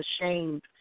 ashamed